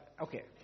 Okay